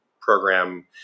program